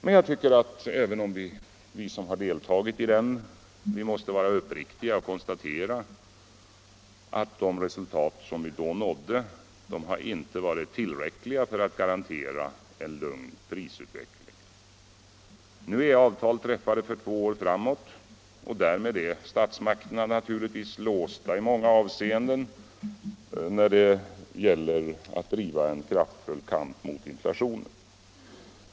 Men jag tycker att även vi som har deltagit i den måste vara uppriktiga och konstatera att de resultat som vi då nådde inte varit tillräckliga för att garantera en lugn prisutveckling. Nu är avtal träffade för två år framåt. Därmed är statsmakterna naturligtvis låsta i många avseenden när det gäller att driva en kraftfull kamp mot inflationen.